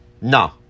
no